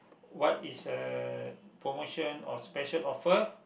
what is uh promotion or special offer